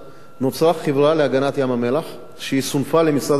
נוצרה החברה להגנת ים-המלח, שסונפה למשרד התיירות,